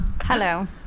Hello